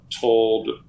told